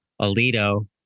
Alito